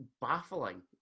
baffling